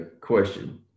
question